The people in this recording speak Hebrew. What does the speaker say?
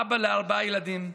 אבא לארבעה ילדים,